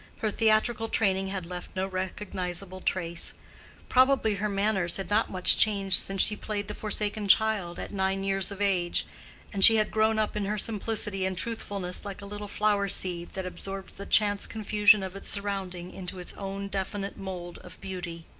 her theatrical training had left no recognizable trace probably her manners had not much changed since she played the forsaken child at nine years of age and she had grown up in her simplicity and truthfulness like a little flower-seed that absorbs the chance confusion of its surrounding into its own definite mould of beauty.